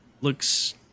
looks